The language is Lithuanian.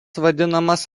vadinamas